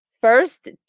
first